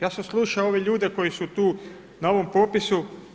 Ja sam slušao ove ljude koji su tu na ovom popisu.